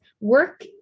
Work